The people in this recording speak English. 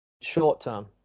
short-term